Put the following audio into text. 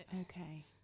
Okay